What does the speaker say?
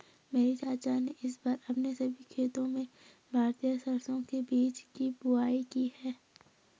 मेरे चाचा ने इस बार अपने सभी खेतों में भारतीय सरसों के बीज की बुवाई की है